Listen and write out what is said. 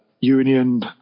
Union